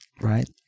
Right